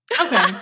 okay